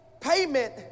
payment